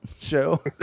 show